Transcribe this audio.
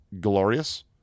glorious